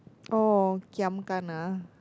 oh okay I'm gonna